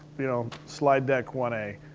you know, slide deck one a.